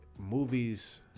movies